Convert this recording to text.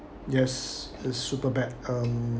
yes is super bad mm